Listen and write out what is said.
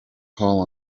call